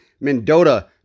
Mendota